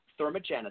thermogenesis